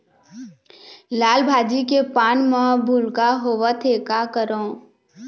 लाल भाजी के पान म भूलका होवथे, का करों?